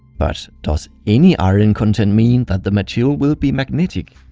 but does any iron content mean that the material will be magnetic?